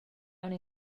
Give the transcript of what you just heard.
aunc